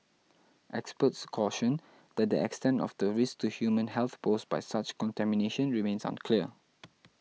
experts cautioned that the extent of the risk to human health posed by such contamination remains unclear